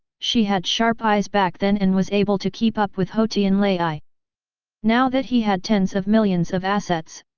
she had sharp eyes back then and was able to keep up with hou tianlai. now that he had tens of millions of assets,